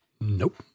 Nope